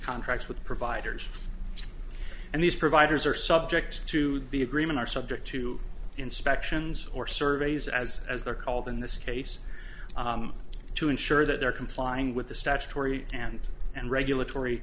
contracts with providers and these providers are subject to the agreement are subject to inspections or surveys as as they're called in this case to ensure that they're complying with the statutory stand and regulatory